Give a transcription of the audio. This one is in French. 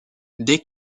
dès